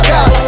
God